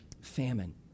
Famine